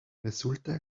resulta